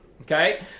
okay